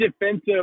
defensive –